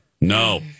No